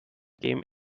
game